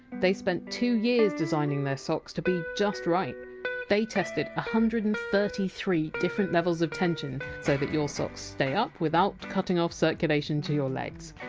they spent two years designing their socks to be just right they tested one hundred and thirty three different levels of tension so that your socks stay up without cutting off circulation to your legs.